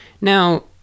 now